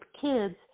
kids